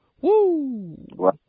Woo